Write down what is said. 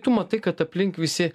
tu matai kad aplink visi